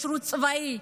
בשירות צבאי,